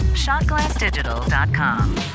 shotglassdigital.com